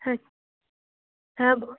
হ্যাঁ হ্যাঁ বল